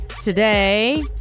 today